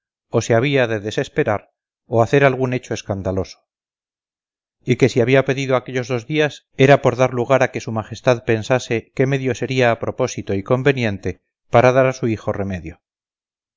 o se había de desesperar o hacer algún hecho escandaloso y que si había pedido aquellos dos días era por dar lugar a que su majestad pensase qué medio sería a propósito y conveniente para dar a su hijo remedio